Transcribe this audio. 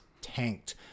tanked